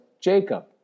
Jacob